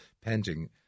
pending